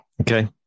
Okay